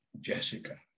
Jessica